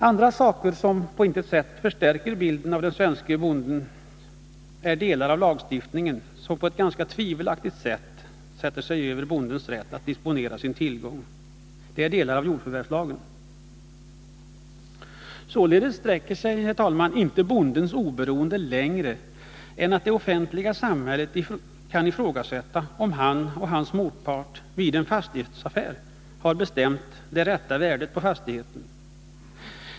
Andra saker som på intet sätt förstärker bilden av den svenske oberoende bonden är delar av lagstiftningen, som på ett ganska tvivelaktigt sätt sätter sig över bondens rätt att disponera sin tillgång. Det gäller delar av jordförvärvslagen. Således sträcker sig, herr talman, inte bondens oberoende längre än att det offentliga samhället kan ifrågasätta om han och hans motpart vid en fastighetsaffär har bestämt det rätta värdet på fastigheten.